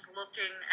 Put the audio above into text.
looking